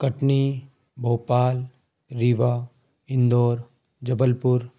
Katni Bhopal Rewa Indore Jabalpur